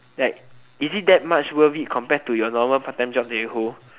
like is it that much worth it compared to your normal part-time job that you hold